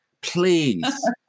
Please